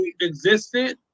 existed